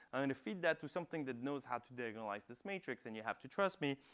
and feed that to something that knows how to diagonalize this matrix. and you have to trust me,